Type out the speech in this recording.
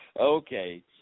Okay